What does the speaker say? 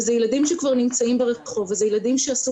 ואלה ילדים שכבר נמצאים ברחוב ואלה ילדים שעשו